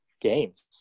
games